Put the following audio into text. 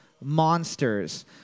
monsters